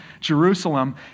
Jerusalem